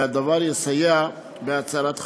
והדבר יסייע בהצלת חיים.